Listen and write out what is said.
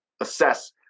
assess